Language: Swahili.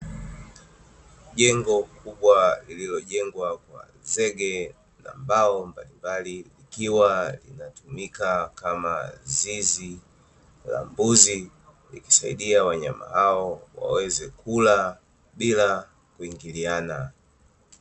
Jengo kubwa lililojengwa kwa zege na mbao mbalimbali likiwa linatumika kama zizi la mbuzi, likisaidia wanyama hao waweze kula bila kuingiliana.